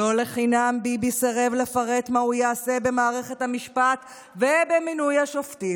לא לחינם ביבי סירב לפרט מה הוא יעשה במערכת המשפט ובמינוי השופטים.